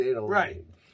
Right